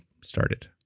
started